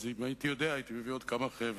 אם הייתי יודע הייתי מביא עוד כמה חבר'ה,